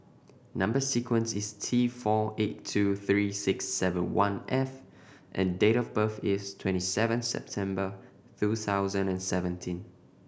number sequence is T four eight two three six seven one F and date of birth is twenty seven September two thousand and seventeen